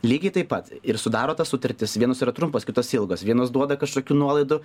lygiai taip pat ir sudaro tas sutartis vienos yra trumpos kitos ilgos vienos duoda kažkokių nuolaidų